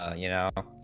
ah you know